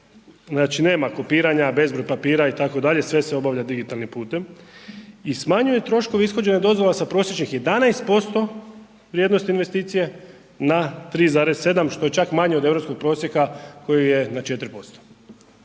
Znači nema kopiranja, bezbroj papira, itd., sve se obavlja digitalnim putem i smanjuje troškove ishođenja dozvola s prosječnih 11% vrijednosti investicije na 3,7, što je čak manje od europskog prosjeka, koji je na 4%.